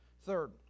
Third